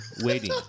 waiting